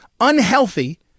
unhealthy